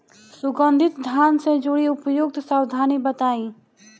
सुगंधित धान से जुड़ी उपयुक्त सावधानी बताई?